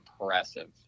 impressive